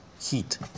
heat